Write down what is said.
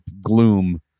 gloom